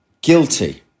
guilty